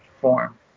form